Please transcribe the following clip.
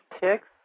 ticks